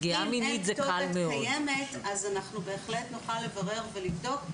אם אין כתובת קיימת, בהחלט נוכל לברר ולבדוק.